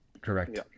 Correct